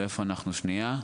ואיפה אנחנו אומרים 'שנייה,